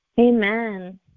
Amen